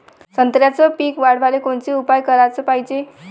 संत्र्याचं पीक वाढवाले कोनचे उपाव कराच पायजे?